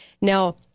Now